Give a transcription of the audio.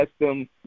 custom